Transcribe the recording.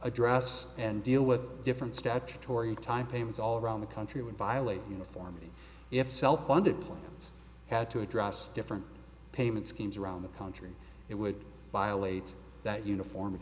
address and deal with different statutory time payments all around the country would violate uniformity if self funded plans had to address different payment schemes around the country it would violate that uniform